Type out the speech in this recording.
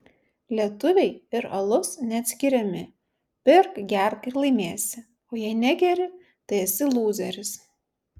lietuviai ir alus neatskiriami pirk gerk ir laimėsi o jei negeri tai esi lūzeris